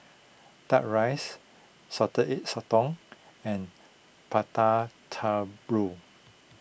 Duck Rice Salted Egg Sotong and Prata Telur